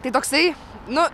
tai toksai nu